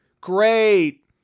great